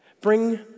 bring